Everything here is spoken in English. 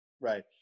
Right